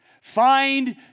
Find